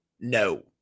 No